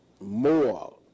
more